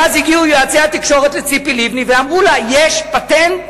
ואז הגיעו יועצי התקשורת לציפי לבני ואמרו לה: יש פטנט